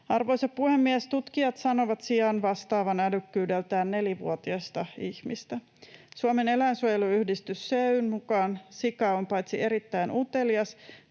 Arvoisa puhemies! Tutkijat sanovat sian vastaavan älykkyydeltään nelivuotiasta ihmistä. Suomen eläinsuojeluyhdistyksen, SEY:n, mukaan sika on paitsi erittäin utelias